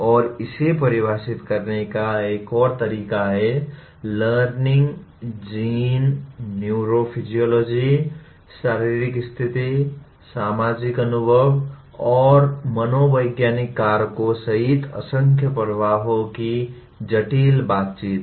और इसे परिभाषित करने का एक और तरीका है लर्निंग जीन न्यूरोफिज़ियोलॉजी शारीरिक स्थिति सामाजिक अनुभव और मनोवैज्ञानिक कारकों सहित असंख्य प्रभावों की जटिल बातचीत है